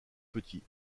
petits